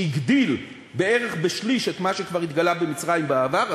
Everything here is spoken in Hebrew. שהגדיל בערך בשליש את מה שכבר התגלה במצרים בעבר,